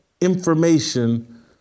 information